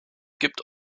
gibt